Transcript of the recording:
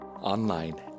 Online